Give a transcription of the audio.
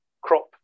crop